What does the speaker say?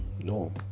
No